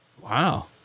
Wow